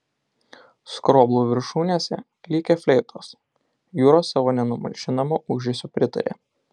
skroblų viršūnėse klykė fleitos jūros savo nenumalšinamu ūžesiu pritarė